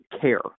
care